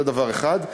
זה דבר אחד.